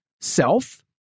self